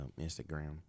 Instagram